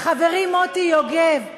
חברי מוטי יוגב,